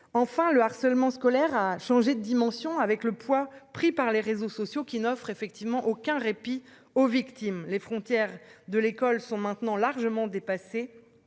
Enfin le harcèlement scolaire a changé de dimension avec le poids pris par les réseaux sociaux qui n'offrent effectivement aucun répit aux victimes les frontières de l'école sont maintenant largement dépassé.